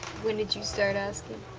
when did you start asking?